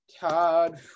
Todd